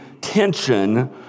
tension